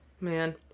Man